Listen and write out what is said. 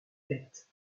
têtes